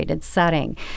Setting